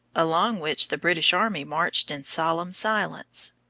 along which the british army marched in solemn silence.